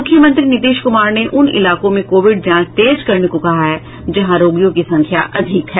मुख्यमंत्री नीतीश कुमार ने उन इलाकों में कोविड जांच तेज करने को कहा है जहां रोगियों की संख्या अधिक है